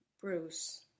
Bruce